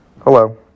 Hello